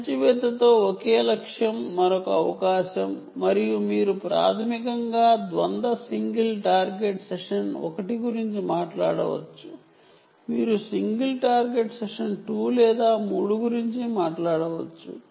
ఇది మరొక అవకాశం మరియు మీరు ప్రాథమికంగా డ్యుయల్ సింగిల్ టార్గెట్ సెషన్ 1 గురించి మాట్లాడవచ్చు మీరు సింగిల్ టార్గెట్ సెషన్ 2 లేదా 3 గురించి మాట్లాడవచ్చు